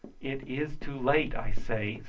it is too late, i say,